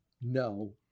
No